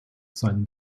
seinen